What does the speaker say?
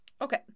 Okay